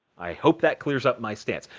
i hope that clears up my stance.